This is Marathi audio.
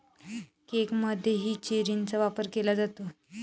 केकमध्येही चेरीचा वापर केला जातो